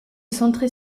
centrée